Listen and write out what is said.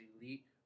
elite